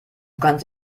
kannst